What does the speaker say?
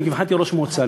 שנבחרתי להיות ראש המועצה,